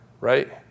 right